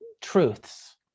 truths